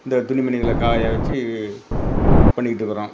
இந்த துணிமணிகளை காயவச்சு பண்ணிக்கிட்டு இருக்கறோம்